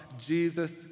Jesus